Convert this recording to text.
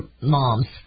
moms